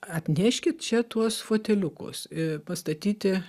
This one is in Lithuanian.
atneškit čia tuos foteliukus pastatyti